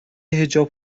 حجاب